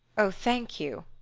oh, thank you.